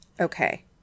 Okay